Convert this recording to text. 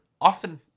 often